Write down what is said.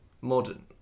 modern